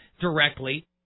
directly